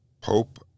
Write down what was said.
Pope